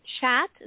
chat